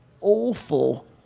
awful